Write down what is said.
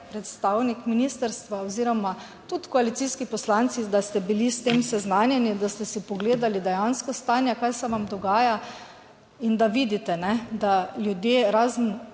predstavnik ministrstva oziroma tudi koalicijski poslanci, da ste bili s tem seznanjeni. Da ste si pogledali dejansko stanje, kaj se vam dogaja, in da vidite, da ljudje razen